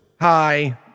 Hi